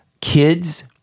kids